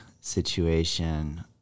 situation